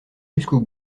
jusqu’au